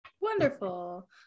Wonderful